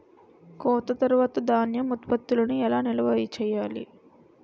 కోత తర్వాత ధాన్యం ఉత్పత్తులను ఎలా నిల్వ చేయాలి?